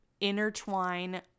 intertwine